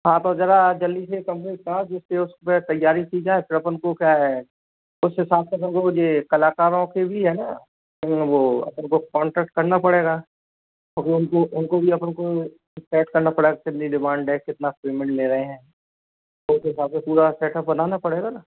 हाँ तो ज़रा जल्दी से कम्प्लीट कराओ जिससे उस पर तैयारी की जाए फिर अपन को क्या है उस हिसाब से फिर वो मुझे कलाकारों के भी है ना मतलब वो अपन को कॉन्टैक्ट करना पड़ेगा तो उनको उनको भी अपन को एस्पैक्ट करना पड़ेगा कितनी डिमांड है कितना पेमेंट ले रहे हैं तो उस हिसाब से पूरा सेटअप बनाना पड़ेगा ना